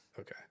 okay